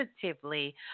positively